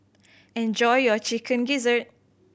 enjoy your Chicken Gizzard